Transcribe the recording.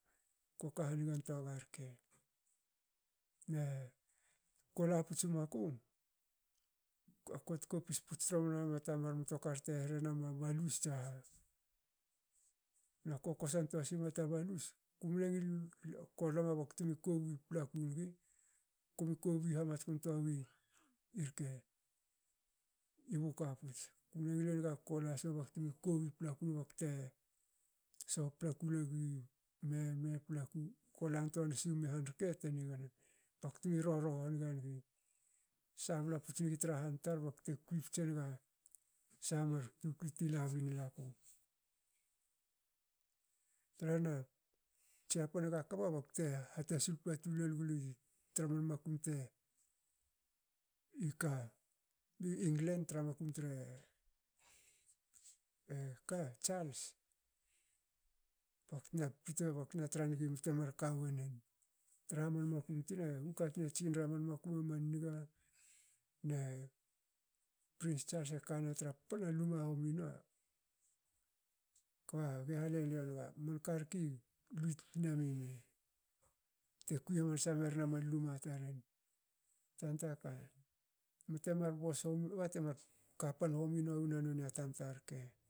Koka hanigantoa ga rke ne kola puts maku kue tkopis puts tromna ma ta mar mtokar te rhe nama balus tsaha na ko kosantoa sima tra balus. Kumne ngil ko lama baktme kobi paplaku nigi. komo kobi hamatskun tua wi i buka puts. Kumne ngile naga kola sme bakteme kobi paplaku bakte soho paplaku lol gi me. kolan toa siwmi han rke te nigna baktme rorou haniga nigi sabla puts nigi tra han tar bakte kui putsenaga sha mar tukui ti la binla, jiapan ga kapa bakte hatasul patu lol gli traman makum te ika bi england makum tre eka charles baktna tranigi temar ka weren tra man makum tina bu katun e tsinra man makum aman niga ne prince charles ekana tra panna luma hominua kba ge haleliou naga man ka rki lutspne mime te kui hamansa merin aman luma taren. Tanta ka. mte temar bos wonen bate mar kapan homin we wona nona tamta rke